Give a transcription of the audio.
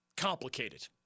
Complicated